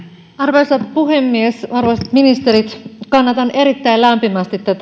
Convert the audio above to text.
arvoisa puhemies arvoisat ministerit kannatan erittäin lämpimästi tätä